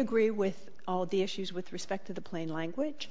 agree with all the issues with respect to the plain language